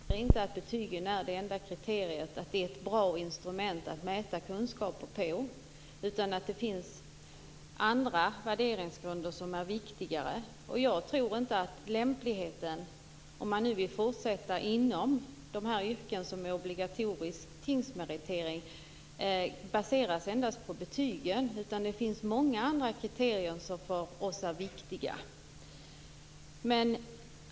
Herr talman! Det är kanske grundsynen som inte är gemensam när det gäller betygshets. Vi i Miljöpartiet anser för vår del inte att betygen är det enda kriteriet, att det är ett bra instrument att mäta kunskaper på. Det finns andra värderingsgrunder som är viktigare. Jag tror inte att lämpligheten - om man nu vill fortsätta inom de yrken där tingsmeritering är obligatorisk - endast baseras på betygen. Det finns många andra kriterier som för oss är viktiga.